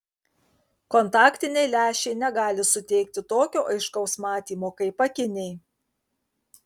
kontaktiniai lęšiai negali suteikti tokio aiškaus matymo kaip akiniai